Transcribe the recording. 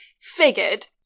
figured